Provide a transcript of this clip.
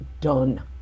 done